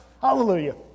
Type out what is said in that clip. hallelujah